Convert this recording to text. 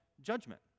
judgment